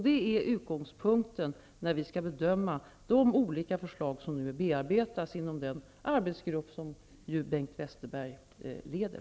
Det är utgångspunkten för våra bedömningar av de olika förslag som nu bearbetas inom den arbetsgrupp som Bengt Westerberg leder.